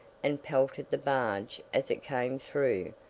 and pelted the barge as it came through,